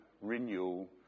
renewal